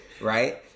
right